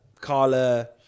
Carla